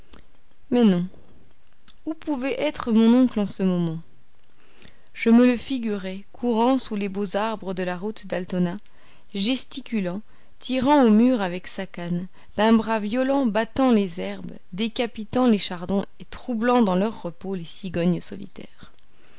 mais non où pouvait être mon oncle en ce moment je me le figurais courant sous les beaux arbres de la route d'altona gesticulant tirant au mur avec sa canne d'un bras violent battant les herbes décapitant les chardons et troublant dans leur repos les cigognes solitaires